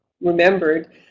remembered